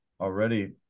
already